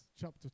chapter